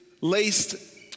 laced